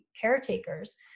caretakers